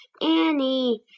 Annie